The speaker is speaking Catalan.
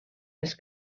les